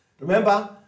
remember